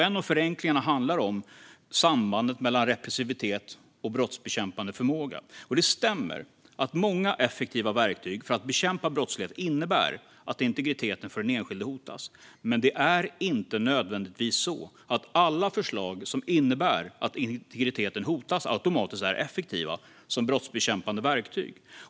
En av förenklingarna handlar om sambandet mellan repressivitet och brottsbekämpande förmåga. Det stämmer att många effektiva verktyg för att bekämpa brottslighet innebär att integriteten för den enskilde hotas. Men det är inte nödvändigtvis så att alla förslag som innebär att integriteten hotas automatiskt är effektiva som brottsbekämpande verktyg.